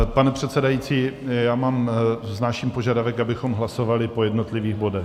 Pane předsedající, já vznáším požadavek, abychom hlasovali po jednotlivých bodech.